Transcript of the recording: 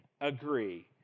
agree